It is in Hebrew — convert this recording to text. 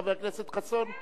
חבר הכנסת חסון?